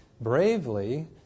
bravely